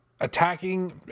attacking